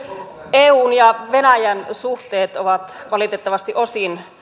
eun ja venäjän suhteet ovat valitettavasti osin